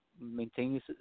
maintain